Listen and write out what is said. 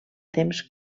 temps